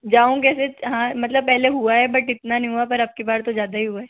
जाऊँ कैसे हां मतलब पहले हुआ है बट इतना नहीं हुआ पर अब की बार तो ज़्यादा ही हुआ है